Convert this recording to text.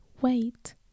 wait